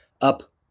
up